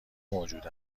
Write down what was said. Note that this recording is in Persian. موجود